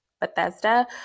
Bethesda